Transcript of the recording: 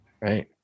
Right